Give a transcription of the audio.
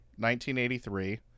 1983